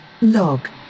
log